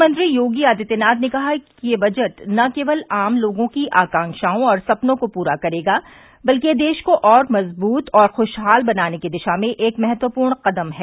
मुख्यमंत्री योगी आदित्यनाथ ने कहा कि यह बजट न केवल आम लोगों की आकांक्षाओं और सपनों को पूरा करेगा बल्कि यह देश को मजबूत और ख्शहाल बनाने की दिशा में एक महत्वपूर्ण कदम है